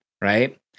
right